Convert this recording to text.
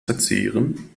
verzehren